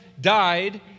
died